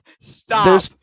Stop